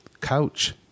couch